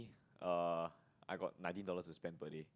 err I got nineteen dollars to spend per day